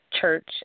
church